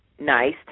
nice